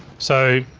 so,